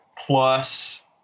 plus